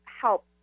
help